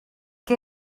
que